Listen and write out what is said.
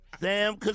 Sam